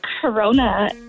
corona